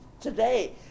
today